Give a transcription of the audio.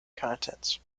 contents